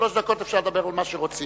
שלוש דקות אפשר לדבר על מה שרוצים.